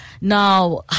Now